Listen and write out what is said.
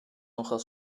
nogal